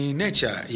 nature